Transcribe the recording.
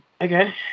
Okay